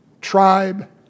tribe